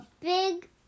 big